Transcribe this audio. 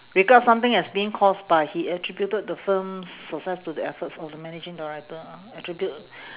regard something as being caused by he attributed the firm's success to the efforts of the managing director attribute